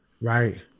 Right